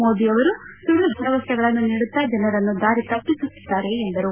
ಮೋದಿ ಅವರು ಸುಳ್ದು ಭರವಸೆಗಳನ್ನು ನೀಡುತ್ತಾ ಜನರನ್ನು ದಾರಿತಪ್ಪಿಸುತ್ತಿದ್ದಾರೆ ಎಂದರು